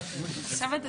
שהוצג,